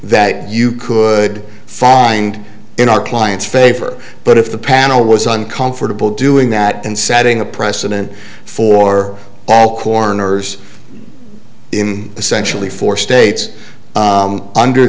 that you could find in our client's favor but if the panel was uncomfortable doing that and setting a precedent for all corners in essentially four states under